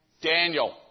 Daniel